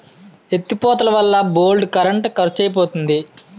ఎత్తి పోతలవల్ల బోల్డు కరెంట్ కరుసైపోతంది